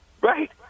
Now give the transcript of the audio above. Right